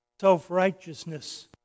self-righteousness